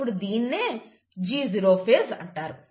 ఇప్పుడు దీన్నే G0 phase అంటారు